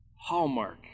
Hallmark